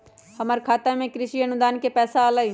हमर खाता में कृषि अनुदान के पैसा अलई?